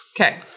Okay